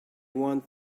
want